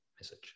message